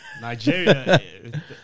Nigeria